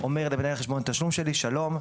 אומר למנהל חשבון התשלום שלי: "שלום,